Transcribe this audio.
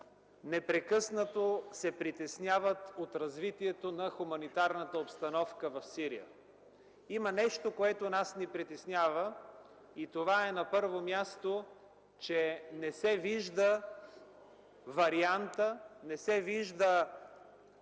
непрекъснато се притесняват от развитието на хуманитарната обстановка в Сирия. Има нещо, което нас ни притеснява и на първо място това е, че не се вижда вариантът, формулата,